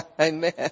Amen